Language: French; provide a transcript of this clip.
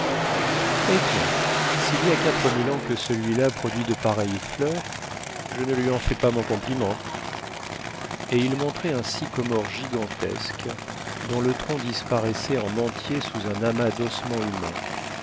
eh bien s'il y a quatre mille ans que celui-là produit de pareilles fleurs je ne lui en fais pas mon compliment et il montrait un sycomore gigantesque dont le tronc disparaissait en entier sous un amas d'ossements humains